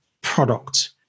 product